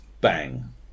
bang